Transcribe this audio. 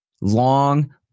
Long